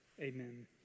Amen